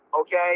Okay